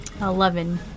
eleven